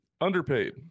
Underpaid